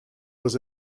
was